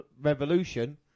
Revolution